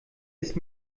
ist